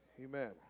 Amen